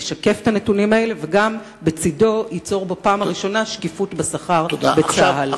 ישקף את הנתונים האלה וגם בצדו ייצור בפעם הראשונה שקיפות בשכר בצה"ל.